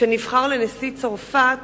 כשנבחר לנשיא צרפת,